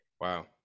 wow